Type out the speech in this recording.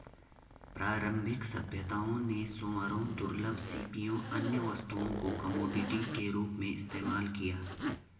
प्रारंभिक सभ्यताओं ने सूअरों, दुर्लभ सीपियों, अन्य वस्तुओं को कमोडिटी के रूप में इस्तेमाल किया